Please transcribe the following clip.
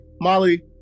Molly